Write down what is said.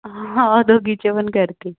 हं दोघींचे पण करते